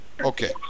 Okay